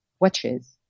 watches